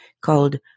called